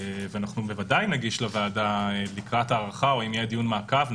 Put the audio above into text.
ודאי נגיש לוועדה לקראת הערכה או אם יהיה דיון מעקב-